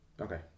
Okay